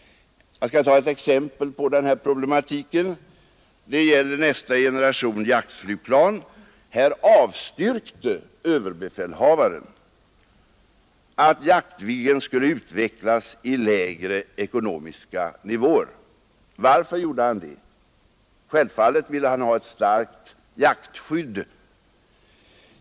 Jag skall ge ett exempel på den här problematiken. Det gäller nästa generation jaktflygplan. Här avstyrkte ÖB att Jaktviggen skulle utvecklas i lägre ekonomiska nivåer. Varför gjorde han det? Självfallet ville han ha ett starkt jaktskydd.